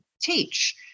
teach